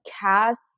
cast